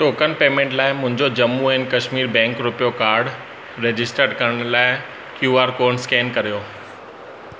token payment लाइ मुंहिंजो Jammu and Kashmir bank RuPay card register करण लाइ क्यू आर कोड स्केन करियो